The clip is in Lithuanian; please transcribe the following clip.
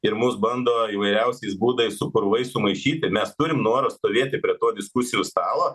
ir mus bando įvairiausiais būdais su purvais sumaišyti mes turim noro stovėti prie to diskusijų stalo